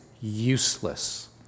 useless